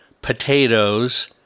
potatoes